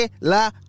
la